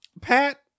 Pat